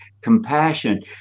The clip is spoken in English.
compassion